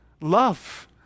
Love